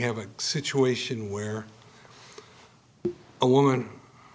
have a situation where a woman